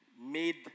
made